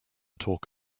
talk